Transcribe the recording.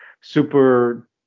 super